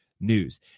news